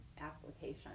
application